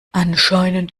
anscheinend